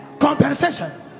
compensation